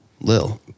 Lil